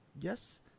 yes